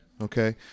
okay